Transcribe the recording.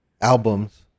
albums